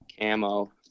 Camo